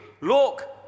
Look